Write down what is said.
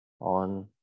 on